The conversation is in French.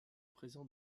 présent